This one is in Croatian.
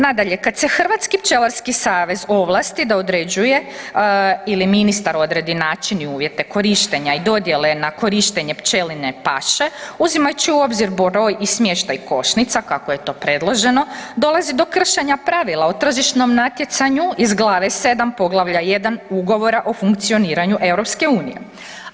Nadalje, kad se Hrvatski pčelarski savez ovlasti da određuje ili ministar odredi način uvjete korištenje i dodjele na korištenje pčelinje paše, uzimajući u obzir broj i smještaj košnica kako je to predloženo, dolazi do kršenja pravila o tržišnom natjecanju iz glave 7. poglavlja 1. Ugovora o funkcioniranju EU-a.